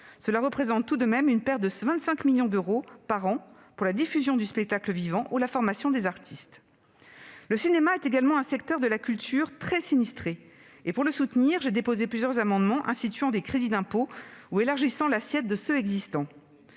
Cela représente une perte de 25 millions d'euros par an pour la diffusion du spectacle vivant ou la formation des artistes. Le cinéma est également un secteur de la culture très sinistré. Pour le soutenir, j'ai déposé plusieurs amendements instituant des crédits d'impôt ou élargissant l'assiette de ceux qui existent.